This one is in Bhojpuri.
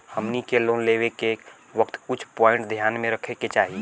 हमनी के लोन लेवे के वक्त कुछ प्वाइंट ध्यान में रखे के चाही